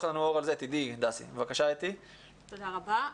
תודה רבה,